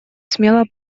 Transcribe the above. смело